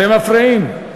אתם מפריעים.